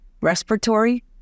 respiratory